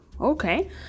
okay